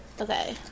Okay